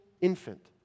infant